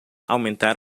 aumentar